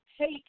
take